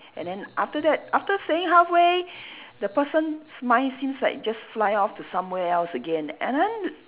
and then after that after saying halfway the person's mind seems like just fly off to somewhere else again and then